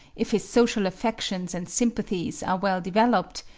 if his social affections and sympathies are well developed,